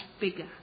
bigger